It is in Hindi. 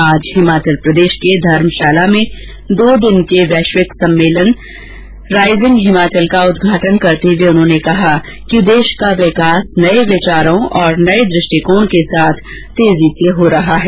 आज हिमाचल प्रदेश के धर्मशाला में दो दिन के वैश्विक निर्वेशक सम्मेलन राइजिंग हिमाचल का उदघाटन करते हुए उन्होंने कहा कि देश का विकास नये विचारों और नये दृष्टिकोण के साथ तेजी से हो रहा है